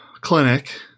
clinic